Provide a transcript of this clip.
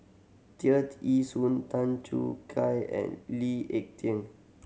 Tear Ee Soon Tan Choo Kai and Lee Ek Tieng